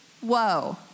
Whoa